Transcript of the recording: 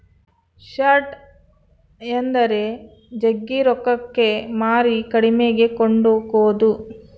short ಎಂದರೆ ಜಗ್ಗಿ ರೊಕ್ಕಕ್ಕೆ ಮಾರಿ ಕಡಿಮೆಗೆ ಕೊಂಡುಕೊದು